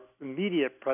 immediate